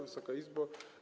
Wysoka Izbo!